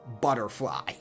butterfly